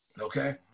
Okay